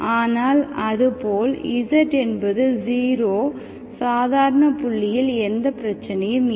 ஆனால் அது போல் z என்பது 0 சாதாரணப் புள்ளியில் எந்தப் பிரச்சினையும் இல்லை